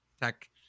tech